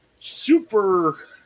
super